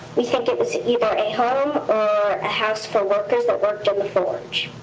we think it was either a home or a house for workers that worked in the forge.